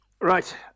Right